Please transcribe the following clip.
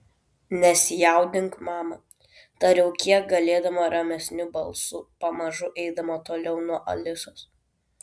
nesijaudink mama tariau kiek galėdama ramesniu balsu pamažu eidama toliau nuo alisos